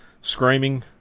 screaming